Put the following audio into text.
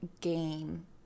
game